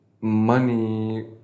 money